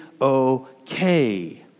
okay